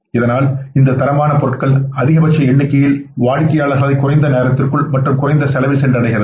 இதனால் இந்த தரமான பொருட்கள் அதிகபட்ச எண்ணிக்கையில் வாடிக்கையாளர்களை குறைந்த நேரத்திற்குள் மற்றும் குறைந்த செலவில் சென்று அடைகிறது